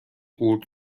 قورت